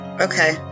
Okay